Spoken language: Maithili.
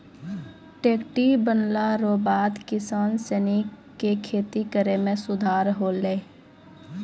टैक्ट्रर बनला रो बाद किसान सनी के खेती करै मे सुधार होलै